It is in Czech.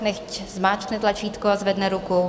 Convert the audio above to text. Nechť zmáčkne tlačítko a zvedne ruku.